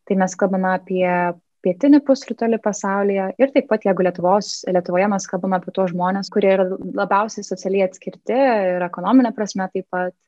tai mes kalbame apie pietinį pusrutulį pasaulyje ir taip pat jeigu lietuvos lietuvoje mes kalbam apie tuos žmones kurie yra labiausiai socialiai atskirti ir ekonomine prasme taip pat